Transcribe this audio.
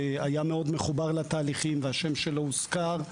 היה מאוד מחובר לתהליכים והשם שלו הוזכר,